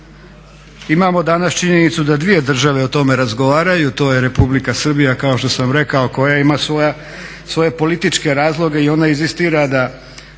imamo danas činjenicu da dvije države o tome razgovaraju, to je Republika Srbija kao što sam rekao koja ima svoje političke razloge i ona inzistira da